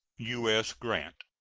u s. grant.